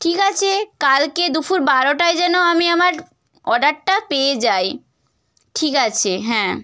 ঠিক আছে কালকে দুপুর বারোটায় যেন আমি আমার অর্ডারটা পেয়ে যাই ঠিক আছে হ্যাঁ